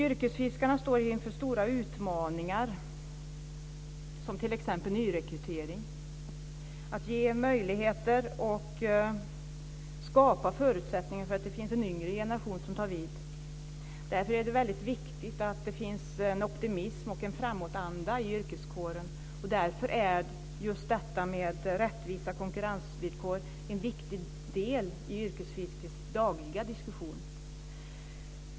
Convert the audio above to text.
Yrkesfiskarna står inför stora utmaningar som t.ex. nyrekrytering, att ge möjligheter och skapa förutsättningar för att en yngre generation tar vid. Därför är det viktigt att det finns en optimism och en framåtanda i yrkeskåren. Därför är rättvisa konkurrensvillkor en viktig del i yrkesfiskets dagliga diskussion.